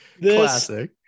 classic